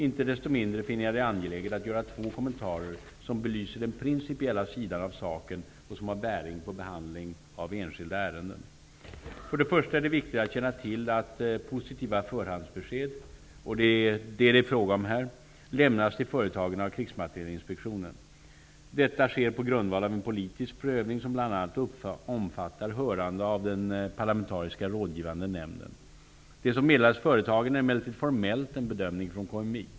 Inte desto mindre finner jag det angeläget att göra två kommenterar som belyser den principiella sidan av saken och som har bäring på behandlingen av enskilda ärenden. För det första är det viktigt att känna till att positiva förhandsbesked -- och det är vad det här är fråga om -- lämnas till företagen av Krigsmaterielinspektionen. Detta sker på grundval av en politisk prövning som bl.a. omfattar hörande av den parlamentariska Rådgivande nämnden. Det som meddelas företagen är emellertid formellt en bedömning från KMI.